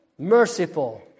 Merciful